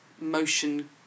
motion